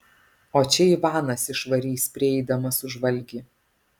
o čia ivanas išvarys prieidamas už valgį